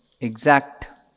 exact